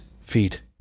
feet